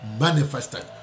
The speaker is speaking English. manifested